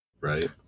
Right